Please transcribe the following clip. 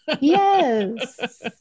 Yes